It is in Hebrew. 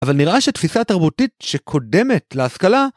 אבל נראה שתפיסה תרבותית שקודמת להשכלה